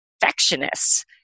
perfectionists